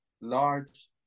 large